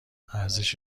ارزش